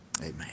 amen